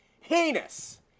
Heinous